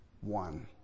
one